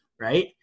right